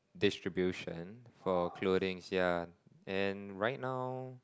distribution for clothings ya and right now